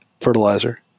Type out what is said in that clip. fertilizer